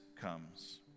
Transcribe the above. comes